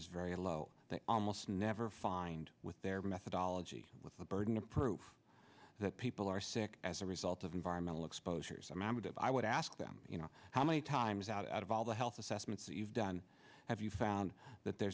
is very low they almost never find with their methodology with the burden of proof that people are sick as a result of environmental exposures i membered i would ask them you know how many times out of all the health assessments that you've done have you found that there